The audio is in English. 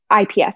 IPS